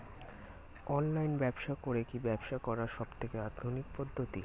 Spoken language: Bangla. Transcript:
অনলাইন ব্যবসা করে কি ব্যবসা করার সবথেকে আধুনিক পদ্ধতি?